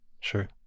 Sure